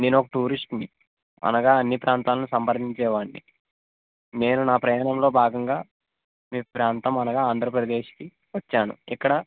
నేనొక టూరిస్ట్ని అనగా అన్ని ప్రాంతాలను సంప్రదించేవాడిని నేను నా ప్రయాణంలో భాగంగా మీ ప్రాంతం అనగా ఆంధ్రప్రదేశ్కి వచ్చాను ఇక్కడ